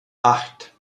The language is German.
acht